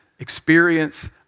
experience